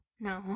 No